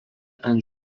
ant